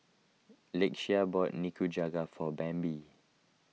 Lakeshia bought Nikujaga for Bambi